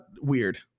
weird